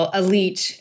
elite